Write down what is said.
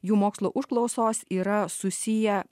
jų mokslo užklausos yra susiję